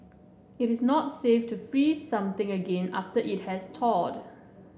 it is not safe to freeze something again after it has thawed